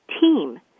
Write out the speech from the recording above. team